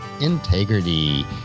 integrity